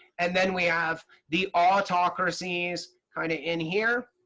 and then we have the autocracies kind of in here.